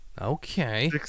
Okay